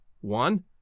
One